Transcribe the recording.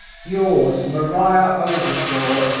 yours, maria oldershaw.